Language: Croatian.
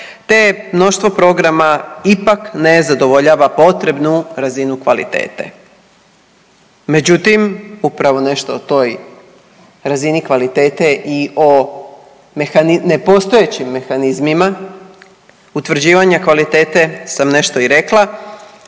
je mnoštvo programa ipak ne zadovoljava potrebnu razinu kvalitete. Međutim, upravo nešto o toj razini kvalitete i o nepostojećim mehanizmima utvrđivanja kvalitete sam nešto i rekla